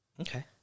Okay